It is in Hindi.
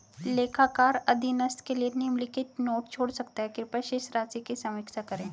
लेखाकार अधीनस्थ के लिए निम्नलिखित नोट छोड़ सकता है कृपया शेष राशि की समीक्षा करें